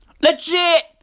Legit